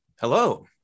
Hello